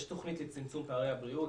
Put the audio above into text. יש תוכנית לצמצום פערי הבריאות.